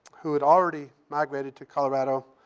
who had already migrated to colorado,